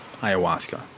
ayahuasca